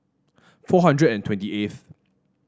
four hundred and twenty eighth